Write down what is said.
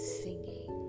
singing